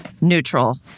Neutral